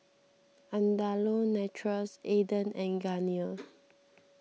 Andalou Naturals Aden and Garnier